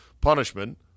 punishment